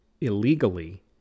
illegally